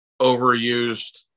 overused